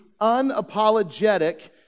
unapologetic